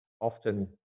often